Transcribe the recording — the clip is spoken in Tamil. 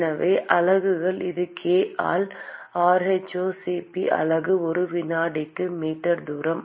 எனவே அலகுகள் இது k ஆல் rhoCp அலகு ஒரு வினாடிக்கு மீட்டர் சதுரம்